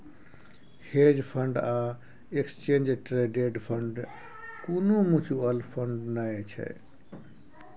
hedge fund आ exchange traded fund कुनु mutual fund नै छै